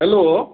hello